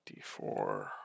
d4